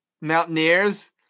Mountaineers